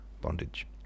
Bondage